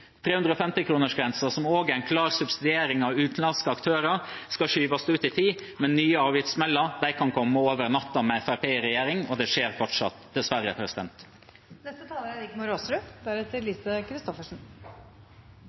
350-kronersgrensen, som også er en klar subsidiering av utenlandske aktører, skal skyves ut i tid, men nye avgiftssmeller kan komme over natten med Fremskrittspartiet i regjering, og det skjer fortsatt, dessverre.